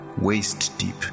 waist-deep